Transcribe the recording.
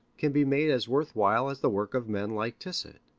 can be made as worth while as the work of men like tissot.